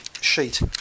sheet